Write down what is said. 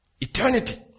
Eternity